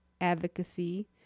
advocacy